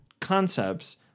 concepts